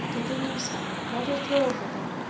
but things never throve wi' them.